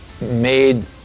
made